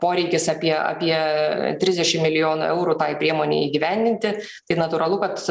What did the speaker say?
poreikis apie apie trisdešim milijonų eurų tai priemonei įgyvendinti tai natūralu kad